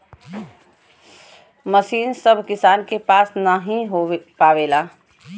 मसीन सभ किसान के पास नही हो पावेला